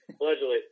allegedly